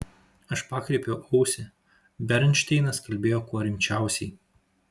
aš pakreipiau ausį bernšteinas kalbėjo kuo rimčiausiai